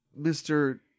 Mr